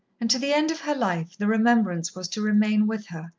and to the end of her life the remembrance was to remain with her,